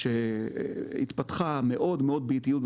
שהתפתחה מאוד באיטיות,